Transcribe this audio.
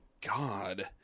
god